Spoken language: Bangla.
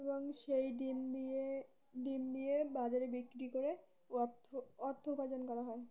এবং সেই ডিম দিয়ে ডিম দিয়ে বাজারে বিক্রি করে অর্থ অর্থ উপার্জন করা হয়